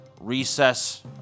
recess